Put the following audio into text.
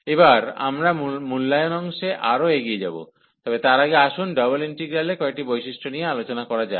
এবার আমরা মূল্যায়ন অংশে আরও এগিয়ে যাব তবে তার আগে আসুন ডাবল ইন্টিগ্রালের কয়েকটি বৈশিষ্ট্য নিয়ে আলোচনা করা যাক